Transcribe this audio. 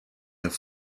have